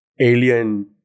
alien